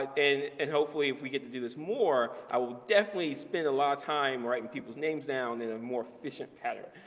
and hopefully if we get to do this more, i will definitely spend a lot of time writing people's names down in a more efficient pattern.